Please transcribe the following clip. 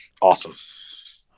awesome